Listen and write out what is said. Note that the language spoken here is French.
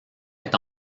est